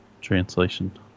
translation